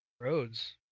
Roads